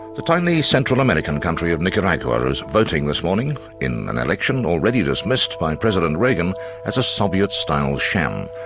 the tiny central american country of nicaragua and is voting this morning in an election already dismissed by president reagan as a soviet-style sham.